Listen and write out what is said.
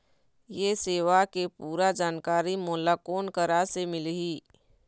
ये सेवा के पूरा जानकारी मोला कोन करा से मिलही?